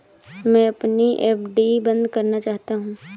मैं अपनी एफ.डी बंद करना चाहती हूँ